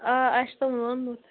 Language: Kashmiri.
آ اَسہِ چھُ تِمن ووٚنمُت